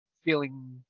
feeling